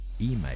email